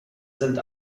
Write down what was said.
sind